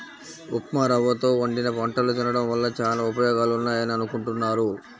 ఉప్మారవ్వతో వండిన వంటలు తినడం వల్ల చానా ఉపయోగాలున్నాయని అనుకుంటున్నారు